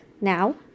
Now